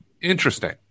interesting